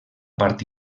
part